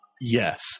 Yes